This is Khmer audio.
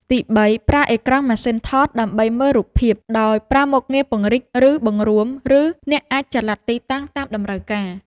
ទី3 ប្រើអេក្រង់ម៉ាស៊ីនថតដើម្បីមើលរូបភាព ដោយប្រើមុខងារពង្រីក ឬបង្រួម ឬអ្នកអាចចល័តទីតាំងតាមតម្រូវការ។